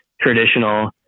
traditional